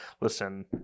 listen